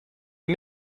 est